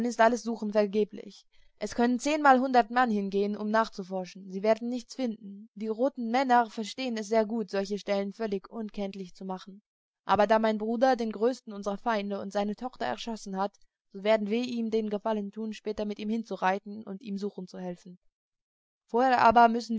alles suchen vergeblich es können zehnmal hundert mann hingehen um nachzuforschen sie werden nichts finden die roten männer verstehen es sehr gut solche stellen völlig unkenntlich zu machen aber da mein bruder den größten unserer feinde und seine tochter erschossen hat so werden wir ihm den gefallen tun später mit ihm hinzureiten und ihm suchen helfen vorher aber müssen